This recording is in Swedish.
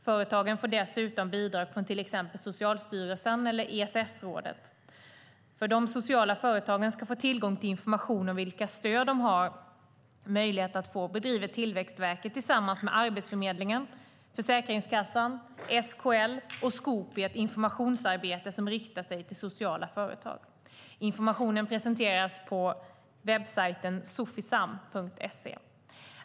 Företagen får dessutom bidrag från till exempel Socialstyrelsen och ESF-rådet. För att de sociala företagen ska få tillgång till information om vilka stöd de har möjlighet att få bedriver Tillväxtverket tillsammans med Arbetsförmedlingen, Försäkringskassan, SKL och Skoopi ett informationsarbete som riktar sig till sociala företag. Informationen presenteras på webbsajten sofisam.se.